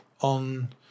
on